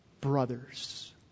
brothers